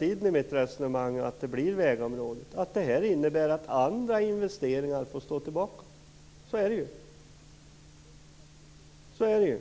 i mitt resonemang hela tiden utgått från att de kommer att tas från vägområdet. Det innebär att andra investeringar får stå tillbaka. Så är det ju.